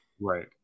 right